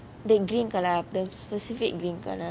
the green colour of the specific green colour